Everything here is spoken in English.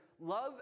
love